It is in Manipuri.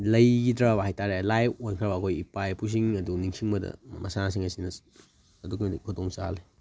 ꯂꯩꯈꯤꯗ꯭ꯔꯕ ꯍꯥꯏꯇꯥꯔꯦ ꯂꯥꯏꯑꯣꯏꯈ꯭ꯔꯕ ꯑꯩꯈꯣꯏ ꯏꯄꯥ ꯏꯄꯨꯁꯤꯡ ꯑꯗꯨ ꯅꯤꯡꯁꯤꯡꯕꯗ ꯃꯁꯥꯟꯅꯁꯤꯡ ꯑꯁꯤꯅ ꯑꯗꯨꯛꯀꯤ ꯃꯇꯤꯛ ꯈꯨꯗꯣꯡ ꯆꯥꯍꯜꯂꯤ